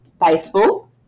baseball